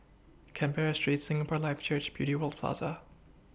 Canberra Street Singapore Life Church Beauty World Plaza